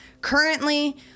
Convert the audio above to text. currently